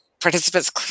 participants